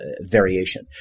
variation